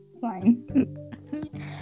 fine